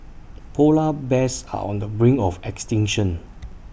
Polar Bears are on the brink of extinction